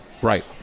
Right